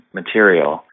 material